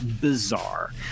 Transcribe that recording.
bizarre